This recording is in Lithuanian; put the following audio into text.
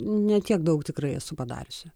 ne tiek daug tikrai esu padariusi